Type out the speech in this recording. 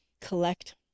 collect